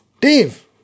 Dave